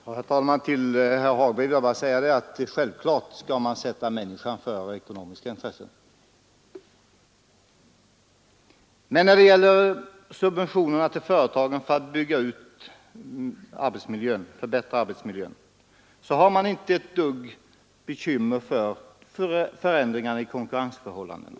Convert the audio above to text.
Herr talman! Till herr Hagberg i Borlänge vill jag bara säga att självfallet skall man sätta människan före ekonomiska intressen. Men när det gäller subventionerna till företagen för att förbättra arbetsmiljön har man inte ett dugg bekymmer för förändringarna i konkurrensförhållandena.